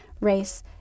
race